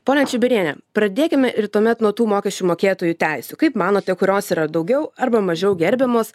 pone čibiriene pradėkime ir tuomet nuo tų mokesčių mokėtojų teisių kaip manote kurios yra daugiau arba mažiau gerbiamos